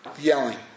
yelling